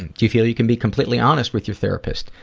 and do you feel you can be completely honest with your therapist?